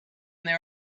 there